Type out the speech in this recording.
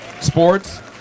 sports